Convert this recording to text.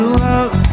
love